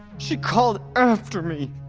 she called after me.